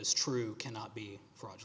is true cannot be fraud